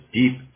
deep